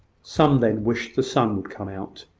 some then wished the sun would come out,